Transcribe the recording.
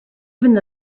though